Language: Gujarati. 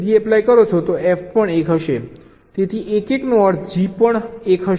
તેથી 1 1 નો અર્થ G પણ 1 હશે